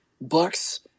bucks